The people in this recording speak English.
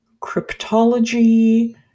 cryptology